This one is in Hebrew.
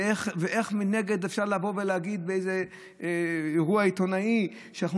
ואיך מנגד אפשר לבוא ולהגיד באיזה אירוע עיתונאי שאנחנו